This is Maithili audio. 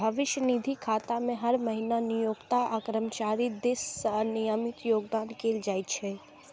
भविष्य निधि खाता मे हर महीना नियोक्ता आ कर्मचारी दिस सं नियमित योगदान कैल जाइ छै